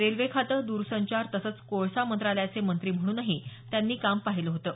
railway खातं द्रसंचार तसंच कोळसा मंत्रालयाचे मंत्री म्हणूनही त्यांनी काम पाहिलं होतं